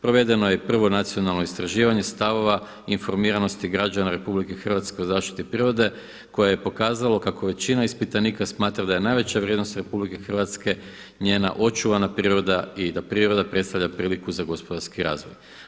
Provedeno je prvo nacionalno istraživanje stavova i informiranosti građana RH o zaštiti prirode koje je pokazalo kako većina ispitanika smatra da je najveća vrijednost RH njena očuvana priroda i da priroda predstavlja priliku za gospodarski razvoj.